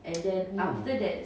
oh